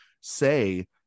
say